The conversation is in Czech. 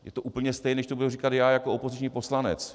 Je to úplně stejné, když to budu říkat já jako opoziční poslanec.